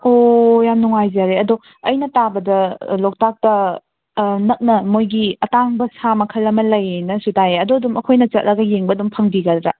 ꯑꯣ ꯌꯥꯝꯅ ꯅꯨꯉꯥꯏꯖꯔꯦ ꯑꯗꯣ ꯑꯩꯅ ꯇꯥꯕꯗ ꯂꯣꯛꯇꯥꯛꯇ ꯅꯛꯅ ꯃꯣꯏꯒꯤ ꯑꯇꯥꯡꯕ ꯁꯥ ꯃꯈꯜ ꯑꯃ ꯂꯩꯌꯦꯅꯁꯨ ꯇꯥꯏꯌꯦ ꯑꯗꯨ ꯑꯗꯨꯝ ꯑꯩꯈꯣꯏꯅ ꯆꯠꯂꯒ ꯌꯦꯡꯕ ꯑꯗꯨꯝ ꯐꯪꯕꯤꯒꯗ꯭ꯔꯥ